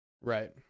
Right